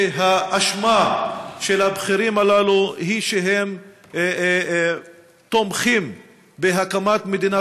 האשמה של הבכירים הללו היא שהם תומכים בהקמת מדינה